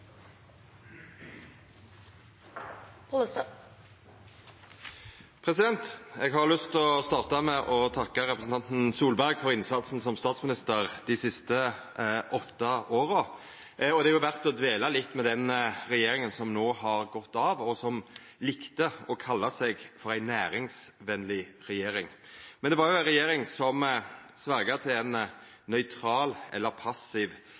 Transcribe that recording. Eg har lyst til å starta med å takka representanten Solberg for innsatsen som statsminister dei siste åtte åra. Det er verdt å dvela litt ved den regjeringa som no har gått av, og som likte å kalla seg for ei næringsvenleg regjering. Det var ei regjering som svor til ein nøytral eller passiv